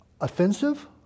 offensive